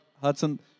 Hudson